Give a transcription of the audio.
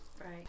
Right